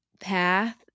path